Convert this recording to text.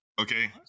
Okay